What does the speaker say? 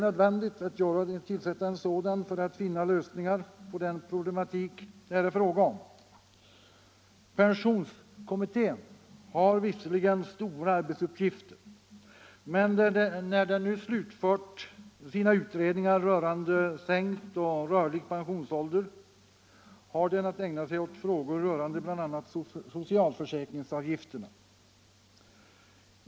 Pensionsålderskommittén har visserligen stora arbetsuppgifter, men när den nu slutfört sina undersökningar rörande sänkt och rörlig pensionsålder har den att ägna sig åt frågor beträffande bl.a. socialförsäkringsavgifterna.